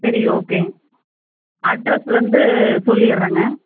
சரி okay address வந்து சொல்லிர்ரங்க